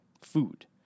food